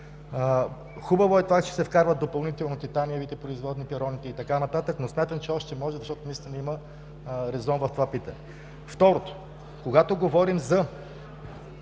Хубаво е това, че се вкарват допълнително титаниевите производни, пироните и така нататък, но смятам, че още може, защото наистина има резон в това питане. Второ, когато говорим за